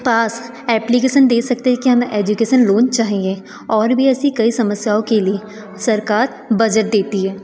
पास application दे सकते हैं कि हमें एजुकेशन लोन चाहिए और भी ऐसी कई समस्याओ के लिए सरकार बजट देती है